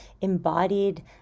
embodied